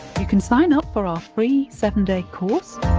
you can sign up for our free seven day course.